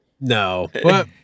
No